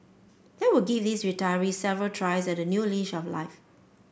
that would give these retirees several tries at a new leash of life